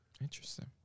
Interesting